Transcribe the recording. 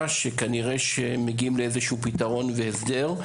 שכנראה שמגיעים לאיזשהו פתרון והסדר,